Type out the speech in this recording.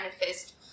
manifest